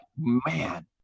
man